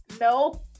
No